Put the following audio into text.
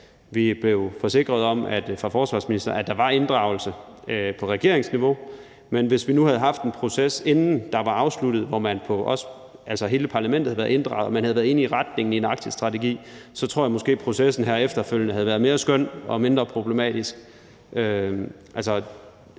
forsikret om, at der var inddragelse på regeringsniveau, men hvis vi nu havde haft en proces forinden, der var afsluttet, hvor også hele parlamentet havde været inddraget, og man havde været enige i retningen i en arktisk strategi, så tror jeg måske, processen her efterfølgende havde været mere skøn og mindre problematisk.